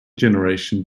generation